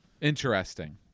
Interesting